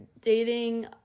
dating